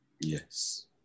Yes